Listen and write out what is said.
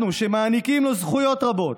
אנחנו מעניקים זכויות רבות,